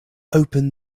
open